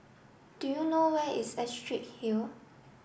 do you know where is Astrid Hill